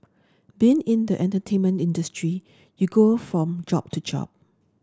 being in the entertainment industry you go from job to job